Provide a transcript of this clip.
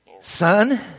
Son